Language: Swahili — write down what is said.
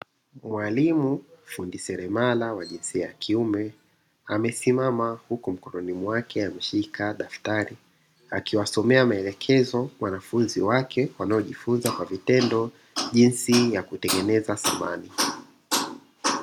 Mwalimu fundi seremala wa jinsia ya kiume amesimama huku mkononi mwake ameshika daftari, akiwasomea maelekezo wanafunzi wake wanaojifunza kwa vitendo jinsi ya kutengeneza samani.